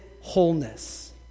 wholeness